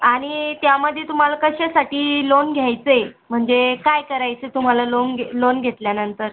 आणि त्यामध्ये तुम्हाला कशासाठी लोन घ्यायचं आहे म्हणजे काय करायचं आहे तुम्हाला लोन घे लोन घेतल्यानंतर